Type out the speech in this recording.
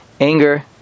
anger